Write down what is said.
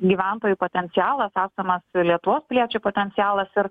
gyventojų potencialas esamas lietuvos piliečių potencialas ir